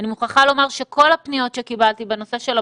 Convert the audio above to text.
אני מוכרחה לומר שכל הפניות שקיבלתי בנושא של הבריכות,